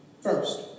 first